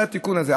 זה התיקון הזה.